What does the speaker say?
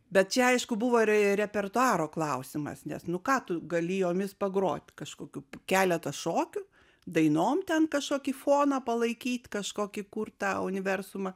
bet čia aišku buvo ir repertuaro klausimas nes nu ką tu gali jomis pagrot kažkokiu keletą šokių dainom ten kažkokį foną palaikyt kažkokį kurt tą universumą